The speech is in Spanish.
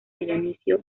dionisio